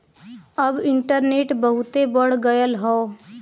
अब इन्टरनेट बहुते बढ़ गयल हौ